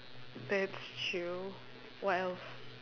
that's true what else